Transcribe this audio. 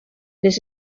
les